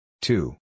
Two